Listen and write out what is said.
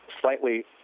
slightly